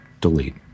Delete